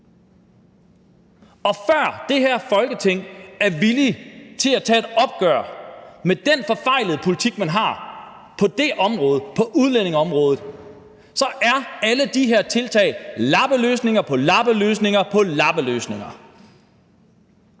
Før det her Folketing er villige til at tage et opgør med den forfejlede politik, man har, på det område, på udlændingeområdet, så er alle de her tiltag lappeløsninger på lappeløsninger på lappeløsninger.